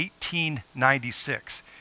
1896